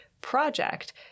project